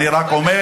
אני רק אומר,